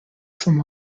from